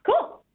Cool